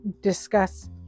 discuss